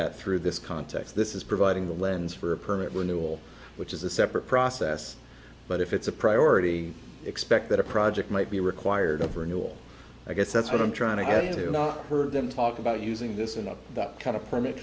at through this context this is providing the lens for a permit renewal which is a separate process but if it's a priority expect that a project might be required of renewal i guess that's what i'm trying to have not heard them talk about using this enough that kind of permit